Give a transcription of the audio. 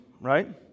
right